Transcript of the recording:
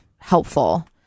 helpful